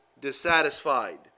dissatisfied